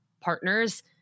partners